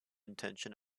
intention